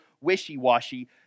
wishy-washy